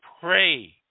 Pray